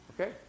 Okay